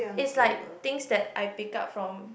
is like things that I pick up from